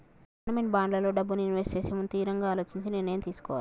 government బాండ్లల్లో డబ్బుని invest చేసేముందు తిరంగా అలోచించి నిర్ణయం తీసుకోవాలే